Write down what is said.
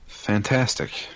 Fantastic